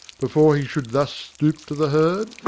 before he should thus stoop to the herd,